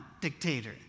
dictator